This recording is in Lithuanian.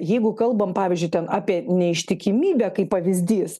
jeigu kalbam pavyzdžiui ten apie neištikimybę kaip pavyzdys